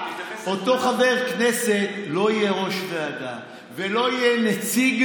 אותו חבר כנסת לא יהיה ראש ועדה ולא יהיה נציג